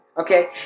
Okay